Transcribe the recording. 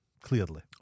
clearly